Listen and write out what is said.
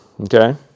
Okay